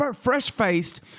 Fresh-faced